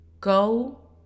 go